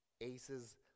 Ace's